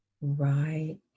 Right